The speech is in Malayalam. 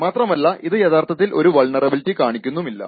മാത്രമല്ല ഇത് യഥാർത്ഥത്തിൽ ഒരു വൾനറബിലിറ്റി കാണിക്കുന്നുമില്ല